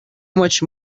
much